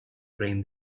train